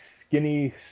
skinny